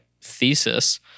thesis